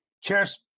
Cheers